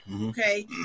okay